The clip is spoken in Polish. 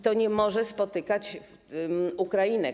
To nie może spotykać Ukrainek.